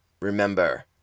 Remember